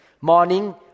Morning